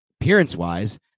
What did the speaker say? appearance-wise